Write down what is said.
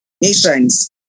nations